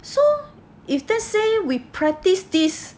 so if let's say we practice this